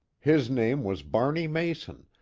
his name was barney mason,